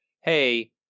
hey